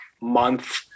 month